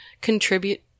contribute